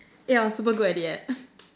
eh I was super good at it leh